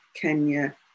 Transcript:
Kenya